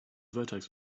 vertex